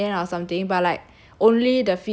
I think it was like 十年 or something but like